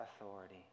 authority